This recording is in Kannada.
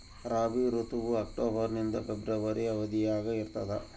ರಾಬಿ ಋತುವು ಅಕ್ಟೋಬರ್ ನಿಂದ ಫೆಬ್ರವರಿ ಅವಧಿಯಾಗ ಇರ್ತದ